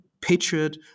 patriot